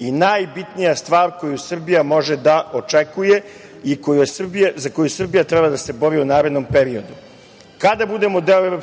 i najbitnija stvar koja Srbija može da očekuje i za koju Srbija treba da bori u narednom periodu. Kada budemo deo EU,